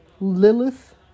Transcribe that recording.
Lilith